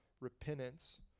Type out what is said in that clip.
Repentance